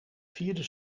vierde